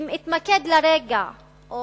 אם נתמקד לרגע או